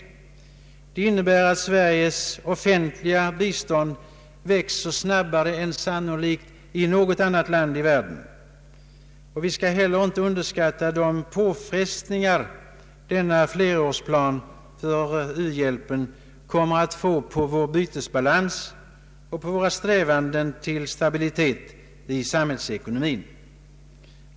Det innebär att Sveriges offentliga u-hjälp sannolikt växer snabbare än i något annat land i världen. Vi skall heller inte underskatta de påfrestningar denna flerårsplan för u-hjälpen kommer att få på vår bytesbalans och våra strävanden till stabilitet i samhällsekonomin.